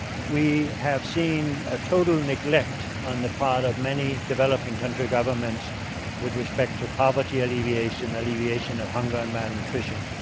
we have seen a total neglect on the part of many developing country governments with respect to poverty alleviation, alleviation of hunger and malnutrition.